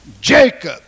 Jacob